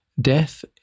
death